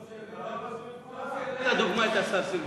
למה תפסו,